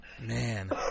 Man